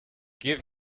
give